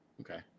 Okay